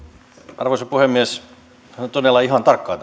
arvoisa puhemies käyn todella ihan tarkkaan